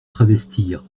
travestir